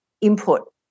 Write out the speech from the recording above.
input